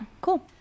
cool